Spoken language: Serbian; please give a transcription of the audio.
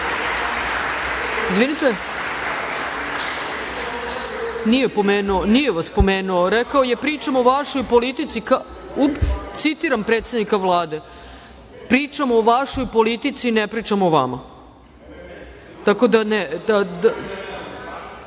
Izvinite, nije vas pomenuo, rekao je – pričam o vašoj politici, citiram predsednika Vlade – pričam o vašoj politici, ne pričam o vama. Tako da,